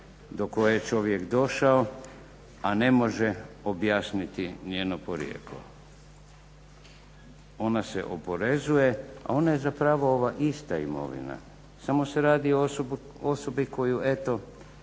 do koje je čovjek došao, a ne može objasniti njeno porijeklo? Ona se oporezuje, a ona je zapravo ova ista imovina samo se radi o osobi koju eto